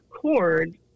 cord